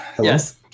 Yes